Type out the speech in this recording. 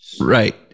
right